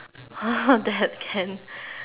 ah that can